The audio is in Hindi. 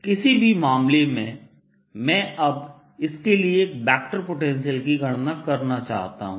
किसी भी मामले में मैं अब इसके लिए वेक्टर पोटेंशियल की गणना करना चाहता हूं